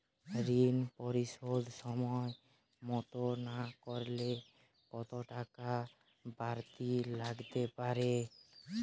ঋন পরিশোধ সময় মতো না করলে কতো টাকা বারতি লাগতে পারে?